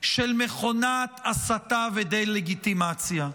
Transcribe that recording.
של מכונת הסתה ודה-לגיטימציה.